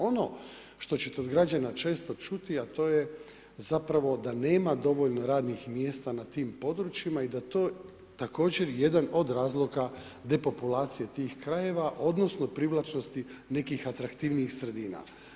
Ono što ćete od građana često čuti a to je zapravo da nema dovoljno radnih mjesta na tim područjima i da je to također jedan od razloga depopulacije tih krajeva odnosno privlačnosti nekih atraktivnijih sredina.